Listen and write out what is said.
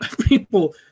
people